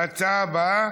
ההצעה הבאה: